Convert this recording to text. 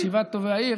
שבעת טובי העיר?